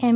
એમ